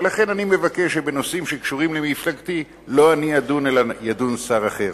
ולכן אני מבקש שבנושאים שקשורים למפלגתי לא אני אדון אלא ידון שר אחר.